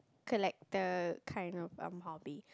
collector kind of um hobby